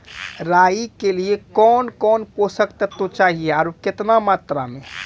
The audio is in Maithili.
राई के लिए कौन कौन पोसक तत्व चाहिए आरु केतना मात्रा मे?